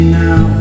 now